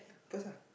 first ah